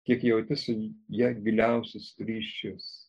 kiek jauti su ja giliausius ryšius